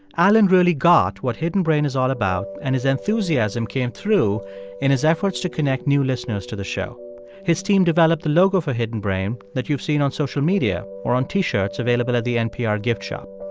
alan really got what hidden brain is all about and his enthusiasm came through in his efforts to connect new listeners to the show his team developed the logo for hidden brain that you've seen on social media or on t-shirts available at the npr gift shop.